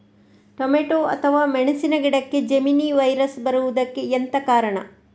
Tomato ಅಥವಾ ಮೆಣಸಿನ ಗಿಡಕ್ಕೆ ಜೆಮಿನಿ ವೈರಸ್ ಬರುವುದಕ್ಕೆ ಎಂತ ಕಾರಣ?